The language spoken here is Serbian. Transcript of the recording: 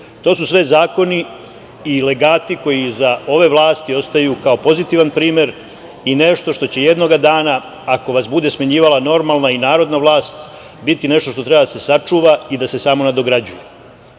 to su sve zakoni i legati koji iza ove vlasti ostaju kao pozitivan primer i nešto što će jednoga dana, ako vas bude smenjivala normalna i narodna vlast, biti nešto što treba da se sačuva i da se samo nadograđuje. Kada